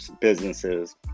businesses